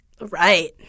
Right